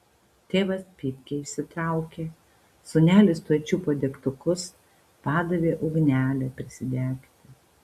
tėvas pypkę išsitraukė sūnelis tuoj čiupo degtukus padavė ugnelę prisidegti